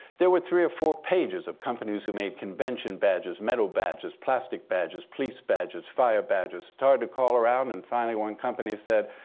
there were three or four pages of companies who made convention badges, metal badges, plastic badges, police badges, fire badges. started to call around. and finally, one company said,